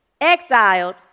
exiled